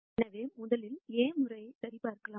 எனவே முதலில் A முறை சரிபார்க்கலாம்